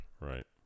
Right